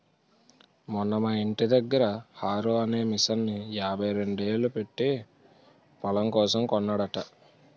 మొన్న మా యింటి దగ్గర హారో అనే మిసన్ని యాభైరెండేలు పెట్టీ పొలం కోసం కొన్నాడట